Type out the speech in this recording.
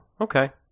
okay